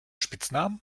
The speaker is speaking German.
spitznamen